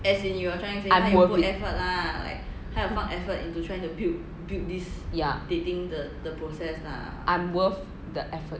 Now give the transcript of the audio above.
I'm worth it I'm worth the effort